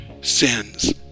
sins